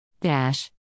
Dash